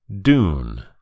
Dune